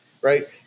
right